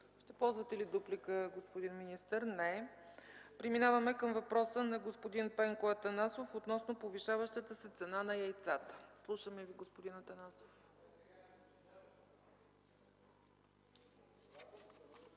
Ще ползвате ли дуплика, господин министър? Не. Преминаваме към въпроса на господин Пенко Атанасов относно повишаващата се цена на яйцата. Слушаме Ви, господин Атанасов.